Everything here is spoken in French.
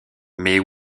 mais